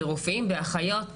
ברופאים, באחיות.